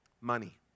money